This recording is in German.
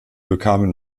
bekamen